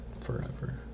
forever